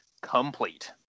complete